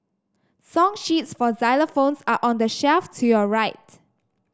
song sheets for xylophones are on the shelf to your right